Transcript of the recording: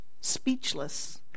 speechless